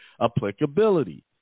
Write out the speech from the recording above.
applicability